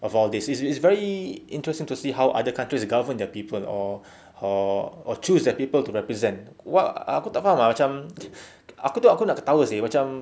of all this it's it's very interesting to see how other countries govern the people or or choose their people to represent what aku tak faham ah macam aku tengok aku nak ketawa seh macam